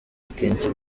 akenshi